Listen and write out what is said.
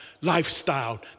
lifestyle